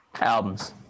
Albums